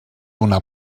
una